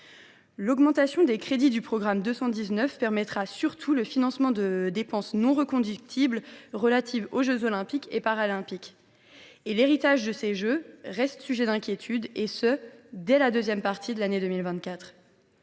L’augmentation des crédits du programme 219 permettra surtout le financement de dépenses non reconductibles relatives aux jeux Olympiques et Paralympiques. L’héritage de ces jeux reste un sujet d’inquiétude, et ce dès la seconde partie de l’année 2024.